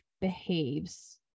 behaves